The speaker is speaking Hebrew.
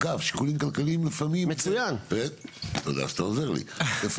אגב שיקולים כלכליים לפעמים הם של החברות,